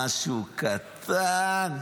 משהו קטן.